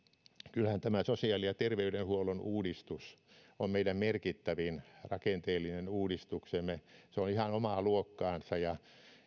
kyllähän tämä sosiaali ja terveydenhuollon uudistus on meidän merkittävin rakenteellinen uudistuksemme se on ihan omaa luokkaansa ja